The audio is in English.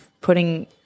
putting